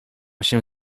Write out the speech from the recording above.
się